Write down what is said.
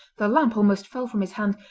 the lamp almost fell from his hand,